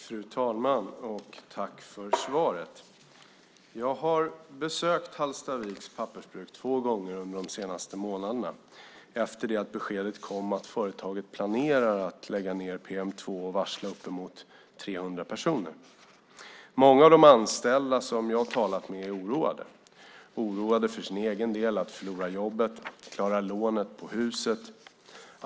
Fru talman! Jag tackar näringsministern för svaret. Jag har besökt Hallstaviks pappersbruk två gånger under de senaste månaderna. Det var efter det att beskedet kom att företaget planerar att lägga ned PM 2 och varsla uppemot 300 personer. Många av de anställda som jag talade med är oroliga för att förlora jobbet och inte klara lånet på huset.